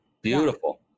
Beautiful